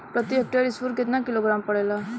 प्रति हेक्टेयर स्फूर केतना किलोग्राम पड़ेला?